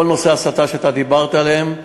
כל נושא ההסתה שדיברת עליו,